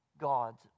God's